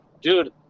Dude